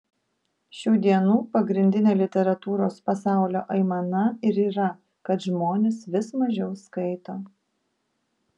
šių dienų pagrindinė literatūros pasaulio aimana ir yra kad žmonės vis mažiau skaito